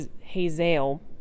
Hazael